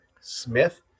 Smith